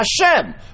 Hashem